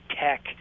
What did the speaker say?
Tech